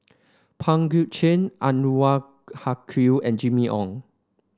Pang Guek Cheng Anwarul Haque and Jimmy Ong